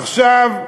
עכשיו,